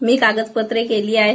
मी कागदपत्रे केली आहे